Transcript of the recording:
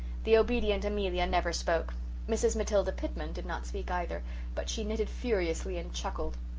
the obedient amelia never spoke mrs. matilda pitman did not speak either but she knitted furiously and chuckled.